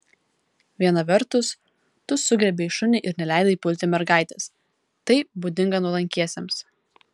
viena vertus tu sugriebei šunį ir neleidai pulti mergaitės tai būdinga nuolankiesiems